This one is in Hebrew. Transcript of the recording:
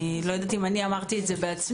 אני לא יודעת אם אני אמרתי את זה בעצמי,